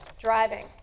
Driving